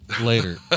later